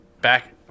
Back